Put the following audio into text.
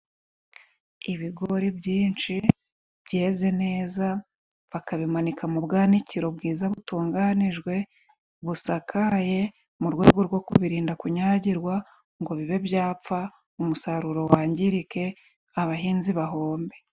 Ibigori byinshi byeze neza, bakabimanika mu bwakiraro bwiza, butunganijwe, busakaye, mu rwego rwo kubiririnda kunyagirwa ngo bibe byapfa, umusaruro wangirike abahinzi bahombe.